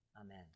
Amen